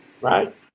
Right